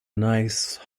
nice